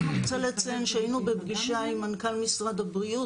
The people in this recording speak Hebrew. שהיינו בפגישה עם מנכ"ל משרד הבריאות.